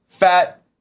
Fat